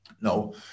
no